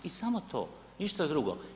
I samo to, ništa drugo.